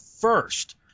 first